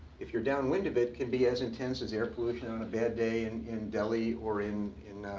if you're downwind of it, can be as intense as air pollution on a bad day in in delhi or in